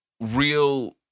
real